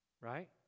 right